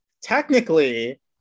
technically